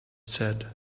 said